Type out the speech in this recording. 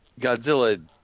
Godzilla